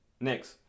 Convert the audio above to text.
Next